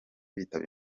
bitaba